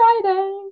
Friday